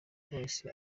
polisi